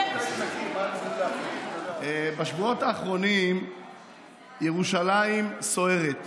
בשבועות האחרונים ירושלים סוערת.